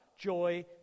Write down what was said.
joy